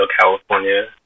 California